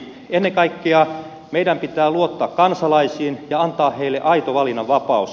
ennen kaikkea meidän pitää luottaa kansalaisiin ja antaa heille aito valinnanvapaus